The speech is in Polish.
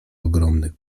ogromnych